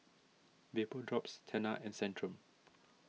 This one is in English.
Vapodrops Tena and Centrum